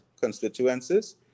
constituencies